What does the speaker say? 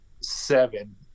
seven